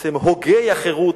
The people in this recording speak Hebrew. בעצם הוגי החירות,